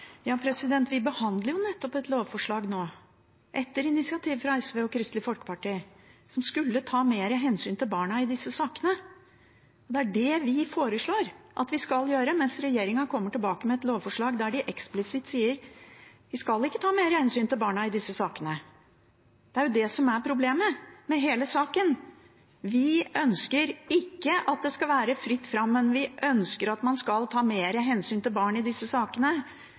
Vi behandler jo nettopp et lovforslag nå, etter initiativ fra SV og Kristelig Folkeparti, som skulle ta mer hensyn til barna i disse sakene. Det er det vi foreslår at vi skal gjøre, mens regjeringen kommer tilbake med et lovforslag der de eksplisitt sier: Vi skal ikke ta mer hensyn til barna i disse sakene. Det er det som er problemet med hele saken. Vi ønsker ikke at det skal være fritt fram, men vi ønsker at man skal ta mer hensyn til barn i disse sakene